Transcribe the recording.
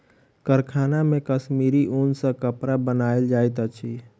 कारखाना मे कश्मीरी ऊन सॅ कपड़ा बनायल जाइत अछि